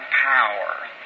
power